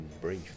brief